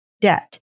debt